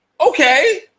okay